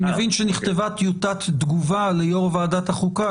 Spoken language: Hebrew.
אני מבין שנרשמה טיוטת תגובה ליו"ר ועדת החוקה,